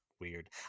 weird